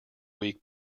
week